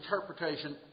interpretation